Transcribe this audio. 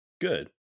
good